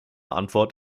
antwort